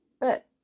But